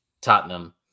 Tottenham